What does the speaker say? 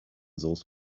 those